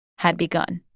had begun